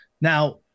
Now